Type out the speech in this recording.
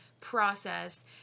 process